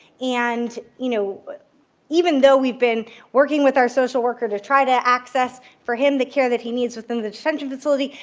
and you know but even though we've been working with our social worker to try to access for him the care that he needs within that central facility,